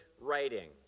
writing